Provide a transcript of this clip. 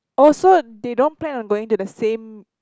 oh so they don't plan on going to the same